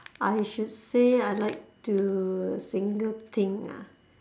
I should say I like to single thing ah